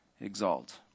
exalt